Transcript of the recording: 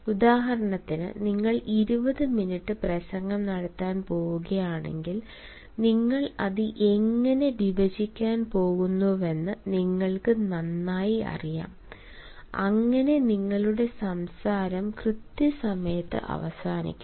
ഉദാഹരണത്തിന് നിങ്ങൾ 20 മിനിറ്റ് പ്രസംഗം നടത്താൻ പോകുകയാണെങ്കിൽ നിങ്ങൾ അത് എങ്ങനെ വിഭജിക്കാൻ പോകുന്നുവെന്ന് നിങ്ങൾക്ക് നന്നായി അറിയാം അങ്ങനെ നിങ്ങളുടെ സംസാരം കൃത്യസമയത്ത് അവസാനിക്കും